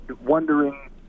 wondering